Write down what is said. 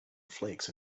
flakes